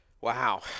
Wow